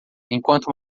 enquanto